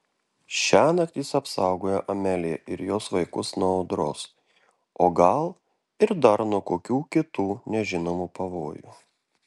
šiąnakt jis apsaugojo ameliją ir jos vaikus nuo audros o gal ir dar nuo kokių kitų nežinomų pavojų